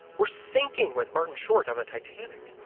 we're sinking with martin short on the titanic!